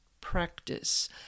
practice